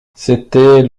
c’était